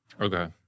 Okay